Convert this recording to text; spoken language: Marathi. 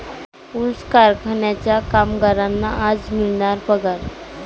ऊस कारखान्याच्या कामगारांना आज मिळणार पगार